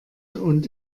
und